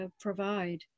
provide